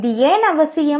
இது ஏன் அவசியம்